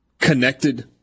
connected